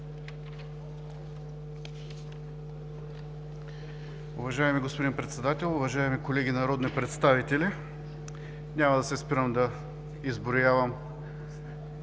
Уважаеми господин Председател, уважаеми колеги народни представители! Няма да се спирам да изброявам